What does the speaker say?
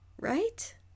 right